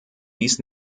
dies